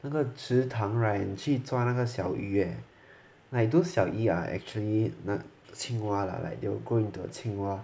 那个池塘 [right] 去抓那个小鱼 eh like those 小鱼 are actually not 青蛙 lah like they will go into a 青蛙